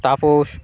Tapas